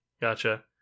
gotcha